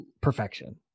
perfection